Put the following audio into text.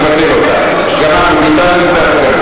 אני מבטל אותה.